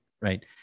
Right